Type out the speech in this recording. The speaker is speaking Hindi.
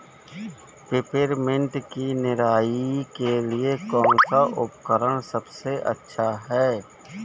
पिपरमिंट की निराई के लिए कौन सा उपकरण सबसे अच्छा है?